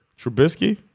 Trubisky